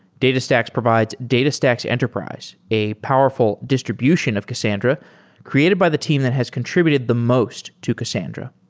datas tax provides datas tax enterprise, a powerful distr ibution of cassandra created by the team that has contr ibuted the most to cassandra.